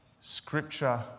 Scripture